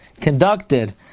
conducted